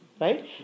Right